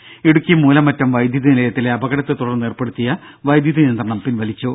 ത ഇടുക്കി മൂലമറ്റം വൈദ്യുതി നിലയത്തിലെ അപകടത്തെ തുടർന്ന് ഏർപ്പെടുത്തിയ വൈദ്യുതി നിയന്ത്രണം പിൻവലിച്ചു